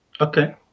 Okay